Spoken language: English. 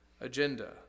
agenda